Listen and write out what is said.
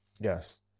Yes